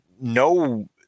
no